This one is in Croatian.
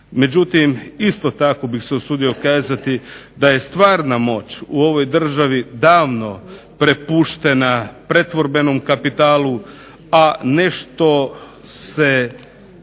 Međutim, isto tako bih se usudio kazati da je stvarna moć u ovoj državi davno prepuštena pretvorbenom kapitalu, a nešto se